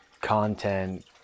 content